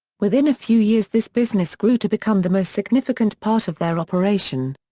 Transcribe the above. within a few years this business grew to become the most significant part of their operation.